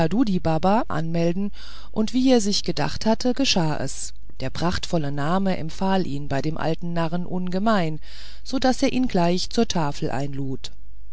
anmelden und wie er es sich gedacht hatte geschah es der prachtvolle namen empfahl ihn bei dem alten narren ungemein so daß er ihn gleich zur tafel einlud